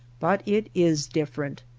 but it is different.